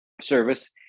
service